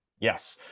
yes,